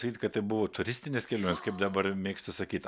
sakyt kad tai buvo turistinės kelionės kaip dabar mėgsta sakyt